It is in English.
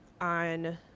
on